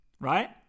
Right